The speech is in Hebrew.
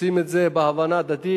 עושים את זה בהבנה הדדית.